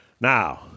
Now